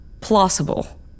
plausible